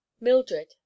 Mildred